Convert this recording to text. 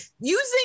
using